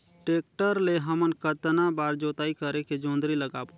Tractor ले हमन कतना बार जोताई करेके जोंदरी लगाबो?